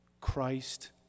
Christ